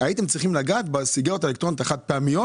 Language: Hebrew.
הייתם צריכים לגעת בסיגריות האלקטרוניות החד פעמיות